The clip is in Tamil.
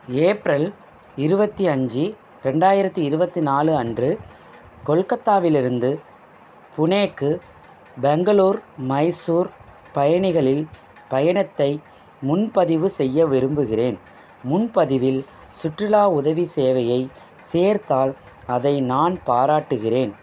ஏப்ரல் இருபத்தி அஞ்சு ரெண்டாயிரத்து இருபத்தி நாலு அன்று கொல்கத்தாவிலிருந்து புனேவுக்கு பெங்களூர் மைசூர் பயணிகளில் பயணத்தை முன்பதிவு செய்ய விரும்புகிறேன் முன்பதிவில் சுற்றுலா உதவி சேவையை சேர்த்தால் அதை நான் பாராட்டுகிறேன்